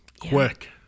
Quick